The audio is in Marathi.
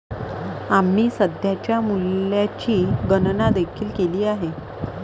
आम्ही सध्याच्या मूल्याची गणना देखील केली आहे